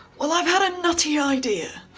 well, i've had a nutty idea.